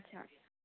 अच्छा